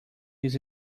his